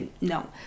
No